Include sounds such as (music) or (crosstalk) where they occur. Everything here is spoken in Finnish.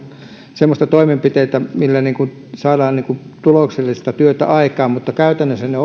semmoisia toimenpiteitä millä saadaan tuloksellista työtä aikaan mutta käytännössä ne (unintelligible)